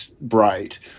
bright